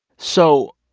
so,